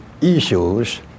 issues